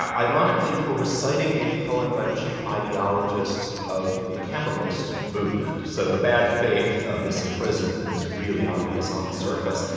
ironically, for reciting a poem by the chief ideologist of the kemalist movement. so the bad faith of this imprisonment is really obvious on the surface.